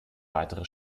weitere